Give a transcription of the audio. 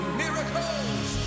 miracles